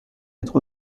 être